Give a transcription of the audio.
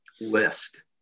list